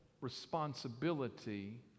responsibility